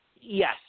Yes